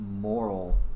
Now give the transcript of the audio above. moral